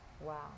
Wow